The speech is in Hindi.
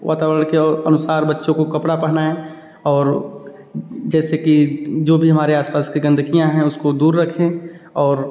वातावरण के अनुसार बच्चों को कपड़ा पहनाएँ और जैसे कि जो भी हमारे आसपास की गंदगियाँ हैं उसको दूर रखें और